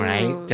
Right